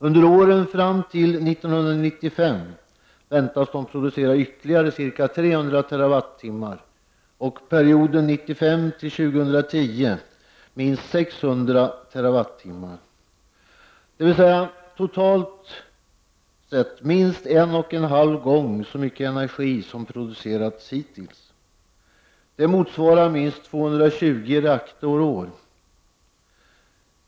Under åren fram till 1995 väntas de producera ytterligare ca 300 TWh — perioden 1995 till 2010 minst 600 TWh. Totalt sett väntas de producera minst en och en halv gånger så mycket energi som har producerats hittills. Det motsvarar minst 220 reaktorår.